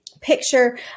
picture